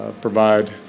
provide